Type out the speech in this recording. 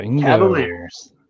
Cavaliers